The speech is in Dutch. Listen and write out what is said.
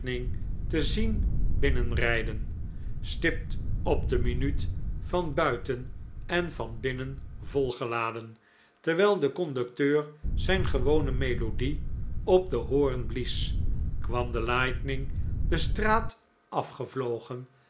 te zien binnenrijden stipt op de minuut van buiten en van binnen volgeladen terwijl de conducteur zijn gewone melodie op den hoorn blies kwam de lightning de straat